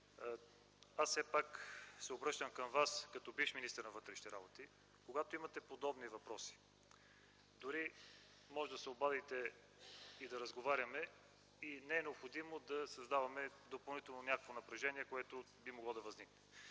аз все пак се обръщам към Вас като бивш министър на вътрешните работи. Когато имате подобни въпроси, дори можете да се обадите да разговаряме и не е необходимо допълнително да създаваме някакво напрежение, което би могло да възникне.